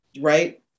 right